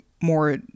more